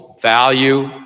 value